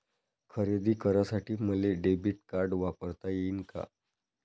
खरेदी करासाठी मले डेबिट कार्ड वापरता येईन का?